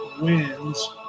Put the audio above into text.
wins